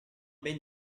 ben